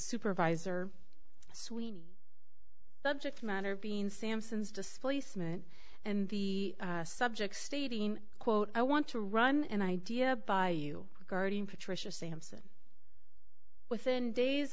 supervisor sweeny subject matter being samson's displacement and the subject stating quote i want to run an idea by you regarding patricia sampson within days